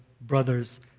brothers